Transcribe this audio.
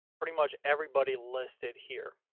pretty much everybody listed here.